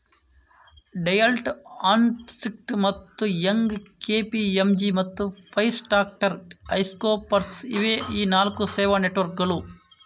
Deloitte, Ernst ಮತ್ತು Young, KPMG ಮತ್ತು PricewaterhouseCoopers ಇವೇ ಆ ನಾಲ್ಕು ಸೇವಾ ನೆಟ್ವರ್ಕ್ಕುಗಳು